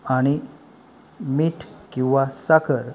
आणि मीठ किंवा साखर